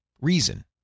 Reason